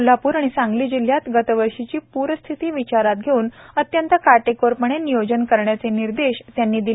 कोल्हापूर आणि सांगली जिल्हयात गतवर्षीची प्रस्थिती विचारात घेवून अत्यंत काटेकोरपणे नियोजन करण्याचे निर्देशही त्यांनी दिले